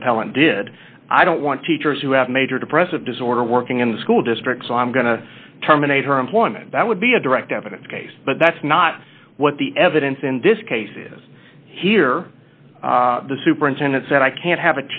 appellant did i don't want teachers who have major depressive disorder working in the school district so i'm going to terminate her employment that would be a direct evidence case but that's not what the evidence in this case is here the superintendent said i can't have